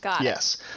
Yes